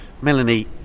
Melanie